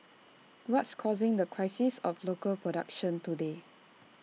what's causing the crisis of local productions today